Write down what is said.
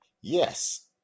Yes